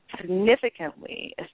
significantly